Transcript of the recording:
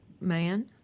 man